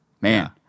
Man